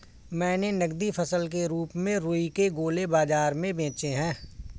मैंने नगदी फसल के रूप में रुई के गोले बाजार में बेचे हैं